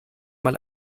mal